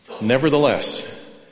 Nevertheless